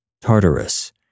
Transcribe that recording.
Tartarus